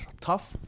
tough